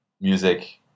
music